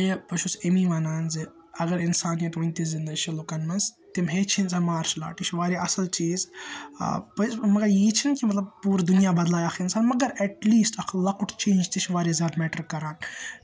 یہِ بہٕ چھُس اَمی وَنان زِ اَگَر اِنسان ییٚتہِ وُنہِ تہِ زِنٛدٕ چھُ لوٗکَن منٛز تِم ہیٚچھِن سا مارشَل آرٹ یہِ چھُ وارِیاہ اَصٕل چیٖز پٔزۍ پٲٹھۍ مَگَر یہِ چھُنہٕ مَطلَب پوٗرٕ دُنیا بَدلایہِ اَکھ اِنسان مَگَر ایٚٹ لیٖسٹ اَگَر لۅکُٹ چیٖز تہِ چھُ واریاہ زیاد میٹَر کَران